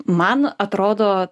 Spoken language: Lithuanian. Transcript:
man atrodo